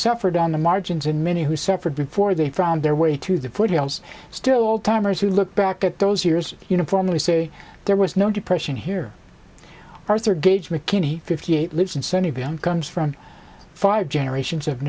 suffered on the margins and many who suffered before they found their way to the pretty girls still old timers who look back at those years uniformly say there was no depression here arthur gage mckinney fifty eight lives in scent of young comes from five generations of